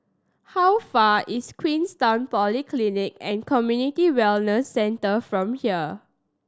how far is Queenstown Polyclinic and Community Wellness Centre from here